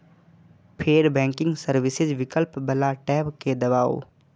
फेर banking services विकल्प बला टैब कें दबाउ